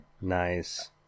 Nice